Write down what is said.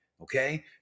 Okay